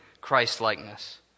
Christ-likeness